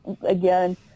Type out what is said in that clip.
again